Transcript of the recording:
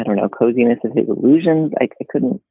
and no cosiness of illusions. i couldn't.